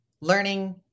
learning